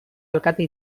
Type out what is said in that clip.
alkate